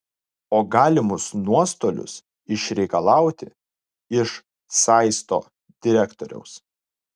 o galimus nuostolius išreikalauti iš saisto direktoriaus